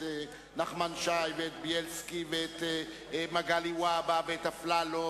נחמן שי ואת בילסקי ואת מגלי והבה ואת אפללו,